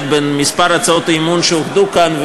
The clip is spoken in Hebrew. בין מספר הצעות האי-אמון שאוחדו כאן,